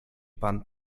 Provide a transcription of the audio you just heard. pan